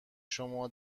شما